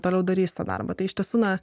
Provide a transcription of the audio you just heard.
toliau darys tą darbą tai iš tiesų na